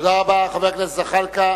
תודה רבה, חבר הכנסת זחאלקה.